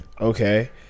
Okay